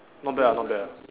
not bad ah not bad ah